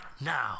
now